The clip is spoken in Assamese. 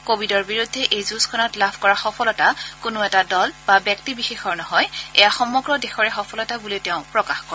কোৱিডৰ বিৰুদ্ধে এই যুজখনত লাভ কৰা সফলতা কোনো এটা দল বা ব্যক্তি বিশেষৰ নহয় এয়া সমগ্ৰ দেশৰে সফলতা বলিও তেওঁ প্ৰকাশ কৰে